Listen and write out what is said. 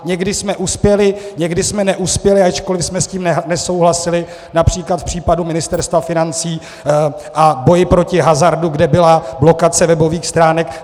Někdy jsme uspěli, někdy jsme neuspěli, ačkoli jsme s tím nesouhlasili, například v případu Ministerstva financí a v boji proti hazardu, kde byla blokace webových stránek.